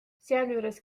sealjuures